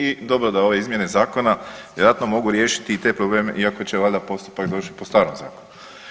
I dobro da ove izmjene zakona vjerojatno mogu riješiti i te problem, iako će valjda postupak završiti po starom zakonu.